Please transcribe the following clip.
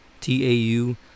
T-A-U